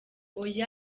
oya